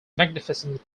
magnificent